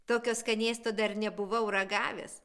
tokio skanėsto dar nebuvau ragavęs